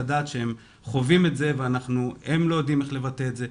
לדעת שהם חווים את זה והם לא יודעים איך לבטא את זה,